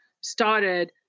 started